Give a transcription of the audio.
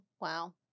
Wow